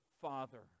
Father